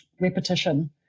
repetition